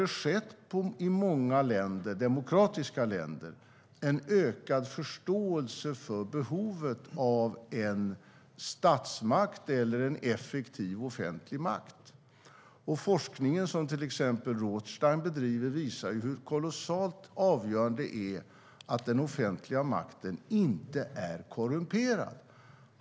Det märkte man faktiskt, om jag minns undersökningarna rätt, redan från angreppet den 11 september 2001. Forskningen som till exempel Rothstein bedriver visar hur kolossalt avgörande det är att den offentliga makten inte är korrumperad.